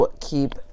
keep